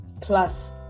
plus